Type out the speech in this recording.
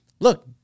look